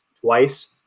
twice